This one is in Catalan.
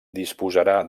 disposarà